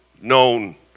known